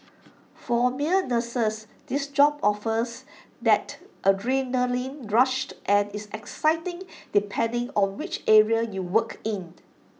for male nurses this job offers that adrenalin rushed and is exciting depending on which area you work in